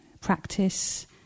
practice